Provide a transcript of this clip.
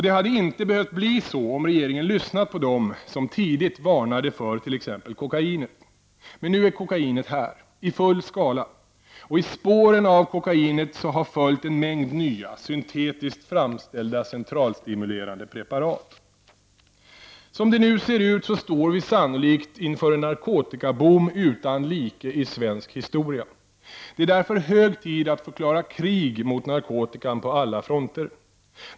Det hade inte behövt bli så, om regeringen hade lyssnat på dem som tidigt varnade för t.ex. kokainet. Men nu är kokainet här, i full skala. Och i dess spår följer en mängd nya, syntetiskt framställda, centralstimulerande preparat. Som det nu ser ut står vi sannolikt inför en narkotikaboom utan like i svensk historia. Det är därför hög tid att förklara krig mot narkotikan på alla fronter.